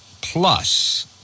plus